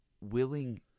willing